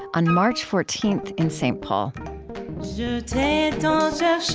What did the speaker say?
on march fourteenth in st. paul yeah and on